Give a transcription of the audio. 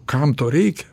kam to reikia